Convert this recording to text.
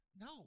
No